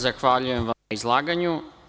Zahvaljujem vam na izlaganju.